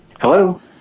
Hello